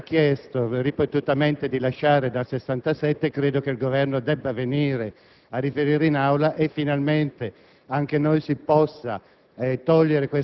che l'ONU gli ha già chiesto ripetutamente di lasciare dal 1967. Credo che il Governo debba venire a riferire in Aula in modo che, finalmente, anche noi si possa